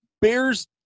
Bears